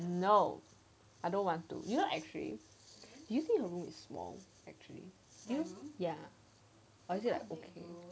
no I don't want to you know actually do you think your room is small ya